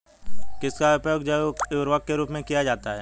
किसका उपयोग जैव उर्वरक के रूप में किया जाता है?